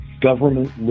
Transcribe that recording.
government